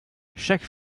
chaque